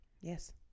Yes